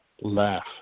laugh